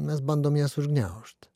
mes bandom jas užgniaužt